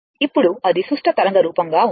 ఇప్పుడు అది సుష్ట తరంగ రూపంగా ఉంది